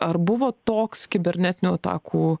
ar buvo toks kibernetinių atakų